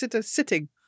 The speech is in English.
sitting